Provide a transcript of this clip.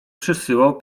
przysyłał